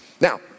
Now